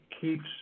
keeps